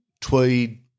Tweed